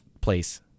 place